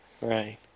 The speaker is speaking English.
right